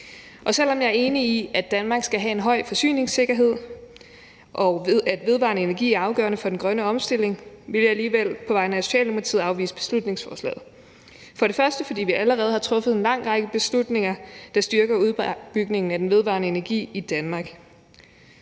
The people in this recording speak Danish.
Selv om jeg er enig i, at Danmark skal have en høj forsyningssikkerhed, og at vedvarende energi er afgørende for den grønne omstilling, vil jeg alligevel på vegne af Socialdemokratiet afvise beslutningsforslaget. Det vil jeg, for det første fordi vi allerede har truffet en lang række beslutninger, der styrker udbygningen af den vedvarende energi i Danmark.